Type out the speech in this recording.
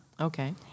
Okay